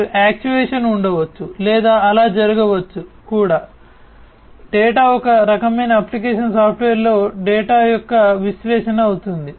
మరియు యాక్చుయేషన్ ఉండవచ్చు లేదా అలా జరగవచ్చు కూడా డేటా ఒక రకమైన అప్లికేషన్ సాఫ్ట్వేర్లో డేటా యొక్క విశ్లేషణ అవుతుంది